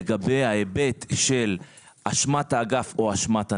לגבי ההיבט של אשמת האגף או אשמת הנכה.